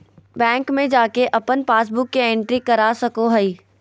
bank में जाके अपन पासबुक के एंट्री करा सको हइ